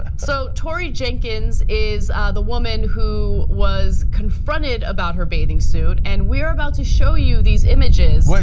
so, tori jenkins is the woman who was confronted about her bathing suit, and we are about to show you these images. like